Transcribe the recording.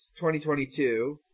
2022